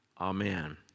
Amen